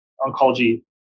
oncology